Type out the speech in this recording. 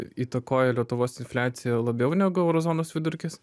įtakoja lietuvos infliaciją labiau negu euro zonos vidurkis